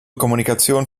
kommunikation